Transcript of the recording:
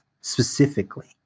specifically